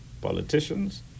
Politicians